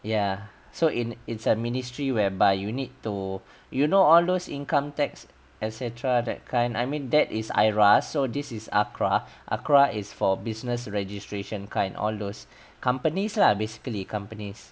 ya so in it's a ministry whereby you need to you know all those income tax et cetera that kind I mean that is IRAS so this is ACRA ACRA is for business registration kind all those companies lah basically companies